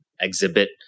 exhibit